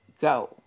Go